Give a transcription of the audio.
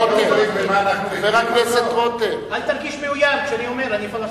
אל תרגיש מאוים כשאני אומר שאני פלסטיני.